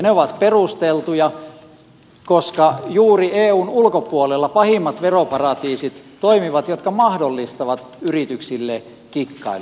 ne ovat perusteltuja koska juuri eun ulkopuolella toimivat pahimmat veroparatiisit jotka mahdollistavat yrityksille kikkailun